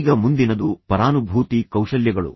ಈಗ ಮುಂದಿನದು ಪರಾನುಭೂತಿ ಕೌಶಲ್ಯಗಳು